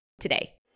today